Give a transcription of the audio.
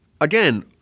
again